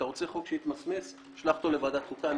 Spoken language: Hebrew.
אתה רוצה חוק שיתמסמס, שלח אותו לוועדת חוקה.